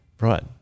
Right